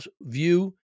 view